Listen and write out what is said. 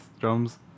drums